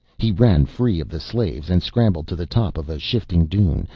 he ran free of the slaves and scrambled to the top of a shifting dune,